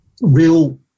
real